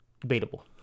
Debatable